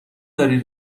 داری